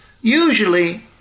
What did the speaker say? Usually